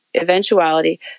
eventuality